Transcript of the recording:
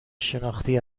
شناختی